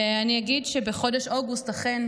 ואני אגיד שבחודש אוגוסט אכן